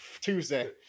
Tuesday